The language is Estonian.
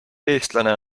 eestlane